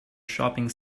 shopping